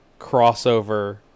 crossover